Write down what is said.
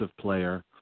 player